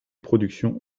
production